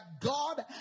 God